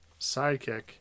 sidekick